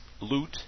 Loot